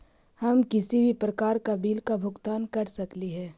हम किसी भी प्रकार का बिल का भुगतान कर सकली हे?